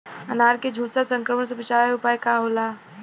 अनार के झुलसा संक्रमण से बचावे के उपाय का होखेला?